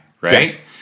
right